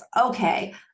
Okay